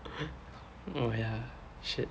oh ya shit